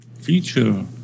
feature